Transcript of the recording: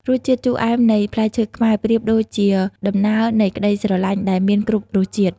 រសជាតិជូរអែមនៃផ្លែឈើខ្មែរ ប្រៀបដូចជាដំណើរនៃក្តីស្រឡាញ់ដែលមានគ្រប់រសជាតិ។